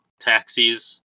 taxis